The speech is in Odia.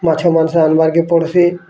ମାଛ ମାଂସ ଆନିବାର୍ କେ ପଡ଼୍ସିଁ